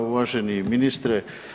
Uvaženi ministre.